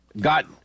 got